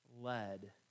led